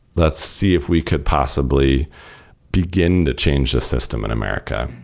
let's see if we could possibly begin to change the system in america.